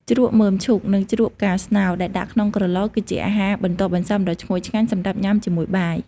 ជ្រក់មើមឈូក និងជ្រក់ផ្កាស្នោដែលដាក់ក្នុងក្រឡ គឺជាអាហារបន្ទាប់បន្សំដ៏ឈ្ងុយឆ្ងាញ់សម្រាប់ញ៉ាំជាមួយបាយ។